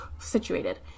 situated